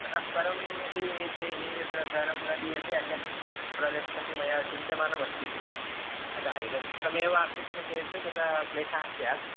ततः परं यदि तैः तत्र धनं न दीयते अन्यत् प्रोजेक्ट्स् अपि मया चिन्त्यमानमस्ति अतः इदमेकमेव आश्रित्य चेत् तदा क्लेशः स्यात्